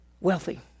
wealthy